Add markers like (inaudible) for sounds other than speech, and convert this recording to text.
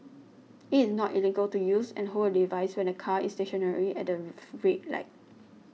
it is not illegal to use and hold a device when the car is stationary at the (unintelligible) red light